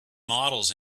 models